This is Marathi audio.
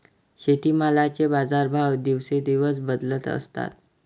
शेतीमालाचे बाजारभाव दिवसेंदिवस बदलत असतात